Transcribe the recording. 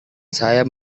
saya